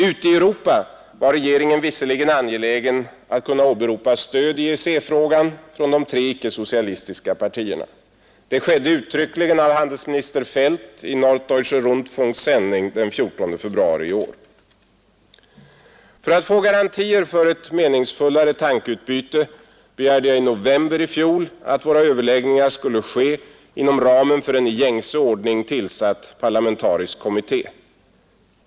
Ute i Europa var regeringen visserligen angelägen att kunna åberopa stöd i EEC-frågan från de tre icke-socialistiska partierna. Det skedde uttryckligen av handelsminister Feldt i Norddeutscher Rundfunks sändning den 14 februari i år. För att få garantier för ett meningsfullare tankeutbyte begärde jag i november i fjol att våra överläggningar skulle ske inom ramen för en i gängse ordning tillsatt parlamentarisk kommitté.